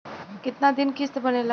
कितना दिन किस्त बनेला?